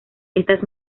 estas